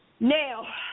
Now